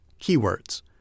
Keywords